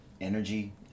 energy